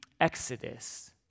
exodus